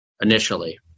initially